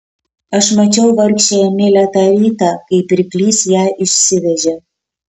aš mačiau vargšę emilę tą rytą kai pirklys ją išsivežė